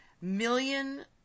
million